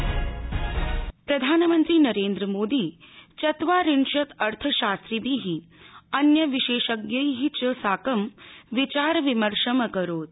मोदी प्रधानमंत्री नरेन्द्रमोदी चत्वारिंशत् अर्थशास्त्रिभिः अन्य विशेषज्ञैः च साकं विचारविमर्शम् अकरोत्